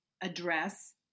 address